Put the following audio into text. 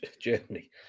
Germany